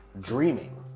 dreaming